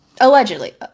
allegedly